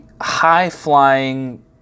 high-flying